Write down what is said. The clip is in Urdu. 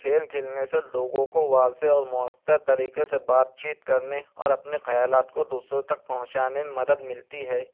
کھیل کھیلنے سے لوگوں کو واضح اور مؤثر طریقے سے بات چیت کرنے اور اپنے خیالات کو دوسروں تک پہنچانے میں مدد ملتی ہے